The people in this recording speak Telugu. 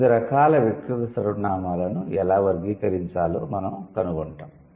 వివిధ రకాల వ్యక్తిగత సర్వనామాలను ఎలా వర్గీకరించాలో మనం కనుగొంటాము